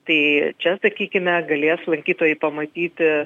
tai čia sakykime galės lankytojai pamatyti